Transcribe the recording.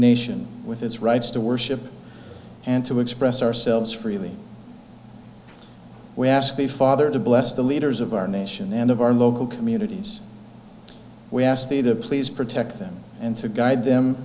nation with its rights to worship and to express ourselves freely we ask the father to bless the leaders of our nation and of our local communities we ask either please protect them and to guide them